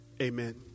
amen